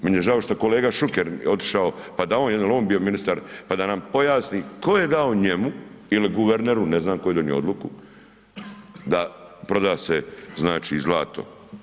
Meni je žao što je kolega Šuker otišao, pa da on, jel on je bio ministar, pa da nam pojasni tko je dao njemu ili guverneru, ne znam tko je donio odluku da proda se, znači, zlato.